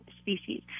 species